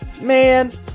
Man